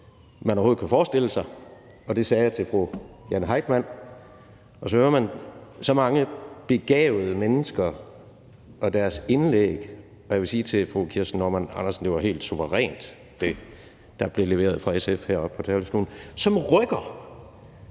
man overhovedet kan forestille sig, og det sagde jeg til fru Jane Heitmann, og så hører man så mange begavede mennesker og deres indlæg – og jeg vil sige til fru Kirsten Normann Andersen, at det, der blev leveret fra SF heroppe fra talerstolen, var helt